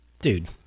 Dude